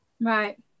Right